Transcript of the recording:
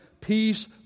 peace